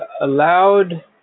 allowed